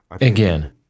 Again